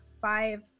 five